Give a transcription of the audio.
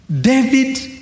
David